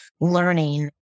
learning